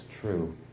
true